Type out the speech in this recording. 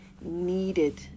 needed